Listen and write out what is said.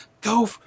Go